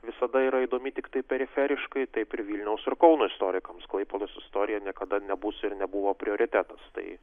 visada yra įdomi tiktai periferiškai taip ir vilniaus ir kauno istorikams klaipėdos istorija niekada nebus ir nebuvo prioritetas tai